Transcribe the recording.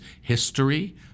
history